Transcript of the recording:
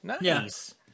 Nice